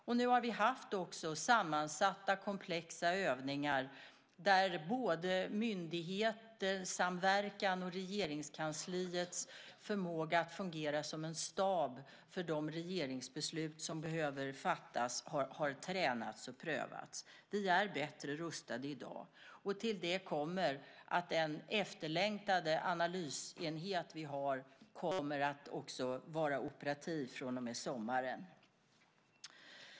Och nu har vi också haft sammansatta, komplexa övningar där både myndighetssamverkan och Regeringskansliets förmåga att fungera som en stab för de regeringsbeslut som behöver fattas har tränats och prövats. Vi är bättre rustade i dag. Till det kommer att den efterlängtade analysenhet vi har också kommer att vara operativ från och med sommaren.